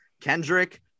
Kendrick